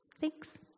thanks